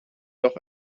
noch